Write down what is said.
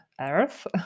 earth